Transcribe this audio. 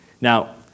Now